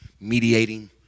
mediating